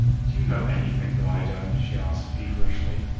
do you know anything that i don't? she asked feverishly.